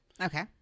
Okay